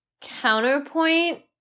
Counterpoint